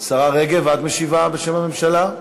השרה רגב, את משיבה בשם הממשלה?